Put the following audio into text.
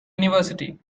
university